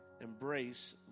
Embrace